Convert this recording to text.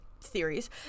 theories